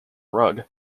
rug